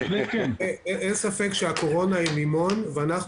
אין ספק שהקורונה היא לימון ואנחנו